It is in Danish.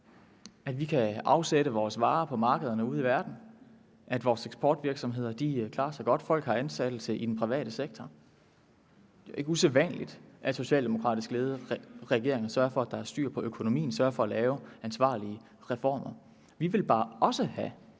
at vi kan afsætte vores varer på markederne ude i verden, at vores eksportvirksomheder klarer sig godt, at folk har ansættelse i den private sektor. Det er ikke usædvanligt, at socialdemokratisk ledede regeringer sørger for, at der er styr på økonomien, sørger for at lave ansvarlige reformer. Vi vil bare også have,